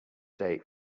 date